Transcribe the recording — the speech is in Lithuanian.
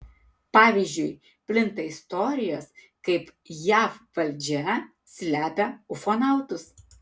pavyzdžiui plinta istorijos kaip jav valdžia slepia ufonautus